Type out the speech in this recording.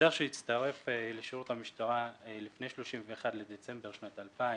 שוטר שהצטרף לשירות המשטרה לפני 31 בדצמבר שנת ,2000